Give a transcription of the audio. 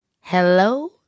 hello